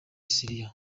siriya